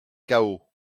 chaos